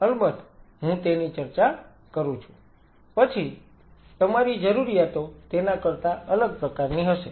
અલબત્ત હું તેની ચર્ચા કરું છું પછી તમારી જરૂરિયાતો તેના કરતા અલગ પ્રકારની હશે